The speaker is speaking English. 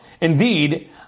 Indeed